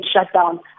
shutdown